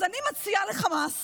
אז אני מציעה לחמאס